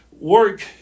work